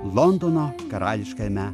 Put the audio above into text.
londono karališkajame